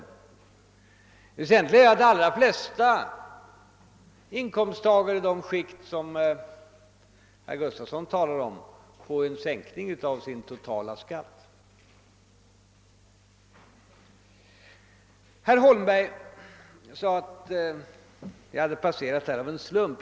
Men det väsentliga är att de allra flesta inkomsttagarna i det skikt som herr Gustafson i Göteborg talar om får en sänkning av sin totala skatt. Herr Holmberg sade att slumpen här hade spelat in.